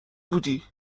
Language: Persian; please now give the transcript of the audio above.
بودی